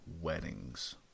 weddings